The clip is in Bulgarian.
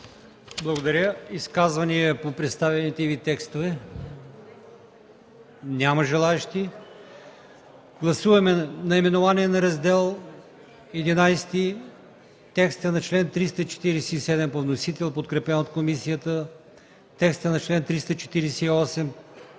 Благодаря. Има ли изказвания по представените Ви текстове? Няма желаещи. Гласуваме наименованието на Раздел XI, текста на чл. 347 – по вносител, подкрепен от комисията; текста на чл. 348 – в